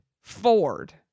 Ford